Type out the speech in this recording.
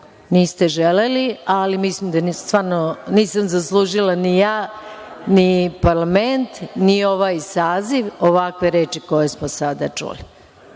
Niste želeli, ali mislim da stvarno nisam zaslužila ni ja ni parlament, ni ovaj saziv ovakve reči koje smo sada čuli. Po